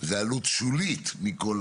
זו עלות שולית מכול